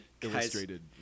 illustrated